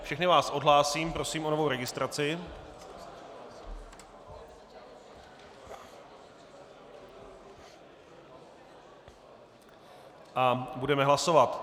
Všechny vás odhlásím, prosím o novou registraci a budeme hlasovat.